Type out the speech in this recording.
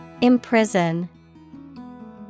Imprison